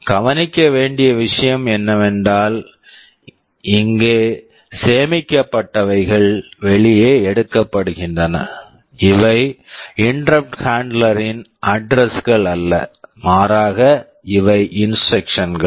கவனிக்க வேண்டிய விஷயம் என்னவென்றால் இங்கே சேமிக்கப்பட்டவைகள் வெளியே எடுக்கப்படுகின்றன இவை இன்டெரப்ட் interrupt ஹாண்ட்லெர் handler ன் அட்ரஸ் address கள் அல்ல மாறாக இவை இன்ஸ்ட்ரக்க்ஷன்ஸ் instructions கள்